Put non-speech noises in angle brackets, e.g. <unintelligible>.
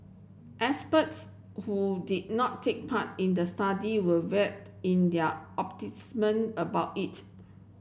experts who did not take part in the study were <unintelligible> in their <unintelligible> about it